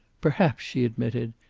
perhaps, she admitted.